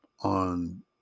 on